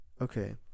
Okay